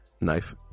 knife